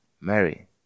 Mary